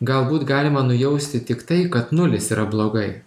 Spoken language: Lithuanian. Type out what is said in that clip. galbūt galima nujausti tik tai kad nulis yra blogai